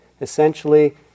essentially